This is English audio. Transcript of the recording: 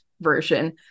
version